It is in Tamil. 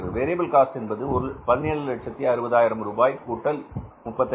வேரியபில் காஸ்ட் என்பது 1760000 கூட்டல் 35000